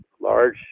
large